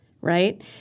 right